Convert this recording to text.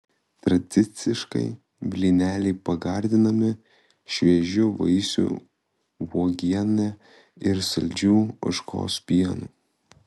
tradiciškai blyneliai pagardinami šviežių vaisių uogiene ir saldžiu ožkos pienu